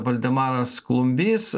valdemaras klumbys